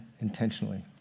intentionally